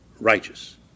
righteous